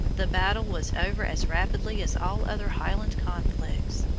the battle was over as rapidly as all other highland conflicts.